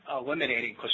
eliminating